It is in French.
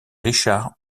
richard